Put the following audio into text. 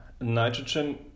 nitrogen